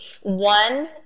One